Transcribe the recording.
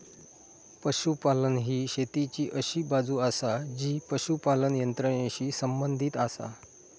पशुपालन ही शेतीची अशी बाजू आसा जी पशुपालन यंत्रणेशी संबंधित आसा